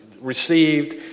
received